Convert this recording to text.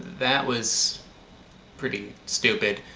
that was pretty stupid,